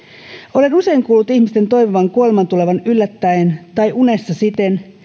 olen usein kuullut ihmisten toivovan kuoleman tulevan yllättäen tai unessa siten